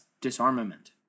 disarmament